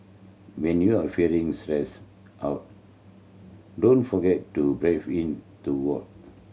when you are feeling stressed out don't forget to breathe into void